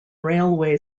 railway